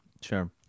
Sure